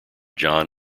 john